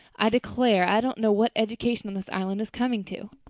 i declare, i don't know what education in this island is coming to.